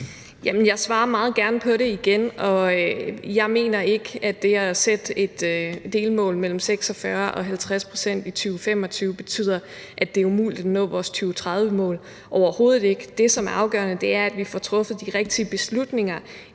jeg svarer meget gerne på det igen. Jeg mener ikke, at det at sætte et delmål på 46-50 pct. i 2025 betyder, at det er umuligt at nå vores 2030-mål, overhovedet ikke. Det, som er afgørende, er, at vi får truffet de rigtige beslutninger